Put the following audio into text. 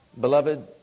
Beloved